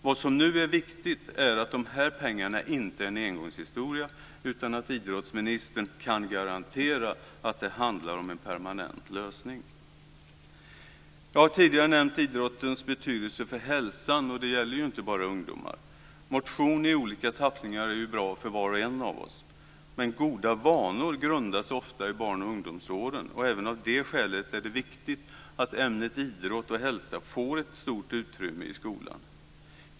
Vad som nu är viktigt är att dessa pengar inte är en engångshistoria utan att idrottsministern kan garantera att det handlar om en permanent lösning. Jag har tidigare nämnt idrottens betydelse för hälsan, och det gäller ju inte bara ungdomar. Motion i olika tappningar är ju bra för var och en av oss. Men goda vanor grundas ofta i barn och ungdomsåren, och även av det skälet är det viktigt att ämnet idrott och hälsa får ett stort utrymme i skolan.